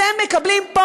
אתם מקבלים פה,